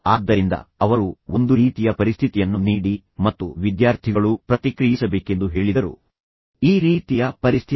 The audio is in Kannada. ಆದ್ದರಿಂದ ಅವರು ಒಂದು ರೀತಿಯ ಪರಿಸ್ಥಿತಿಯನ್ನು ನೀಡಿ ಮತ್ತು ವಿದ್ಯಾರ್ಥಿಗಳು ಪ್ರತಿಕ್ರಿಯಿಸಬೇಕೆಂದು ಹೇಳಿದರು ಆದ್ದರಿಂದ ಈ ರೀತಿಯ ಪರಿಸ್ಥಿತಿ